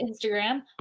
Instagram